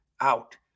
out